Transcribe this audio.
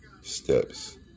steps